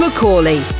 McCauley